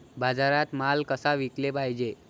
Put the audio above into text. बाजारात माल कसा विकाले पायजे?